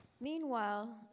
Meanwhile